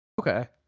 Okay